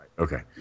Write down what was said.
Okay